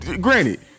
granted